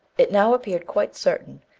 it now appeared quite certain,